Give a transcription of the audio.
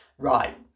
right